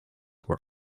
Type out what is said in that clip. were